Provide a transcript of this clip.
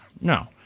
No